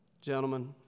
gentlemen